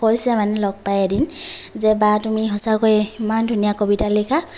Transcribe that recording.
কৈছে মানে লগ পাই এদিন যে বা তুমি সঁচাকৈয়ে ইমান ধুনীয়া কবিতা লিখা